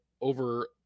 over